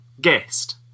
guest